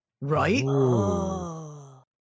right